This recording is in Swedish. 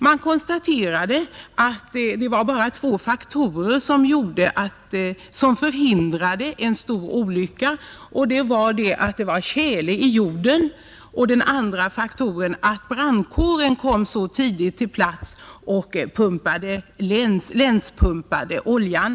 Man konstaterade att det var två faktorer som förhindrade en stor olycka: dels var det tjäle i jorden, dels var brandkåren tidigt på platsen och länspumpade oljan.